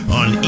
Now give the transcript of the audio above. on